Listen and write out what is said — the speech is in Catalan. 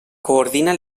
coordina